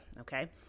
okay